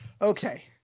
Okay